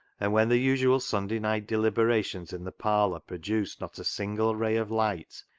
and when the usual sunday night deliberations in the parlour pro duced not a single ray of light,